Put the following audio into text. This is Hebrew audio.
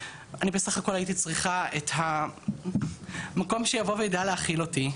אני בסך הכל הייתי צריכה את המקום שיבוא וידע להכיל אותי.